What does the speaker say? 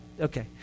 Okay